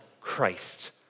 Christ